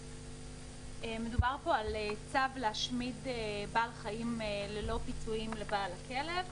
מדובר פה על צו להשמיד בעל חיים ללא פיצוי לבעל הכלב.